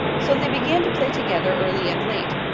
so they began to play together early and late.